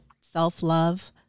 self-love